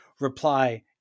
reply